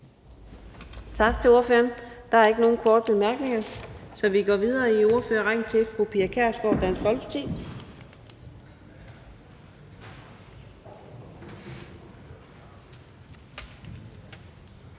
Tak til ordføreren. Der er ikke nogen korte bemærkninger, så vi går videre i ordførerrækken til fru Pia Kjærsgaard, Dansk Folkeparti.